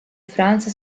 france